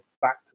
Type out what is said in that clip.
back